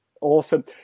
Awesome